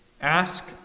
Ask